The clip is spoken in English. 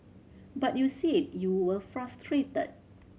but you said you were frustrated